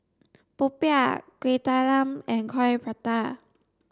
popiah kueh talam and coin prata